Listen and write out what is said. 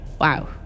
wow